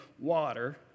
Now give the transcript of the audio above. water